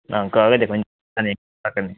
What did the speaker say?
ꯑꯪ ꯀꯛꯑꯒꯗꯤ ꯑꯩꯈꯣꯏꯅ ꯆꯥꯅꯤ ꯌꯥꯡꯈꯩ ꯁꯥꯔꯛꯀꯅꯤ